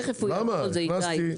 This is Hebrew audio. תכף הוא יעבור על זה, איתי.